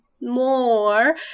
more